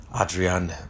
Adrian